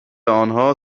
آنها